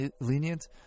lenient